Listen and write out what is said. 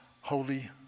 holy